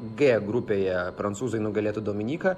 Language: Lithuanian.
g grupėje prancūzai nugalėtų dominiką